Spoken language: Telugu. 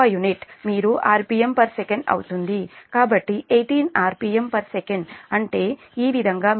కాబట్టి 18 rpmsec అంటే ఈ విధంగా మీరు చేయగలిగితే చేయాలి